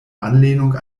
anlehnung